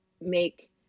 make